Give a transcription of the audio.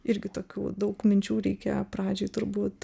irgi tokių daug minčių reikia pradžioj turbūt